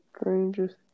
strangest